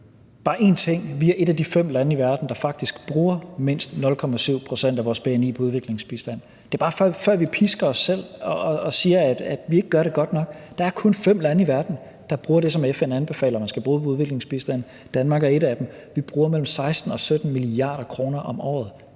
Vi er et af de fem lande i verden, der faktisk bruger mindst 0,7 pct. vores bni på udviklingsbistand. Det er bare, før vi pisker os selv og siger, at vi ikke gør det godt nok. Der er kun fem lande i verden, der bruger det, som FN anbefaler man skal bruge på udviklingsbistand, og Danmark er et af dem. Vi bruger mellem 16 og 17 mia. kr. om året.